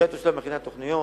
עיריית ירושלים מכינה תוכניות,